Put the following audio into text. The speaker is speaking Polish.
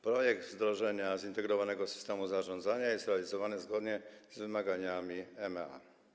Projekt wdrożenia zintegrowanego systemu zarządzania jest realizowany zgodnie z wymaganiami MAEA.